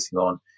on